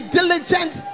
diligent